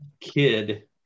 kid